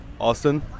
Austin